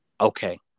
Okay